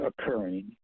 occurring